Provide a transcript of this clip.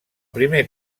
primer